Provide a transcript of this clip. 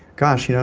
gosh you know